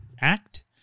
act